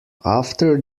after